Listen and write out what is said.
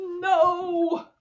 No